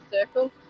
circle